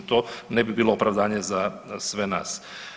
To ne bi bilo opravdanje za sve nas.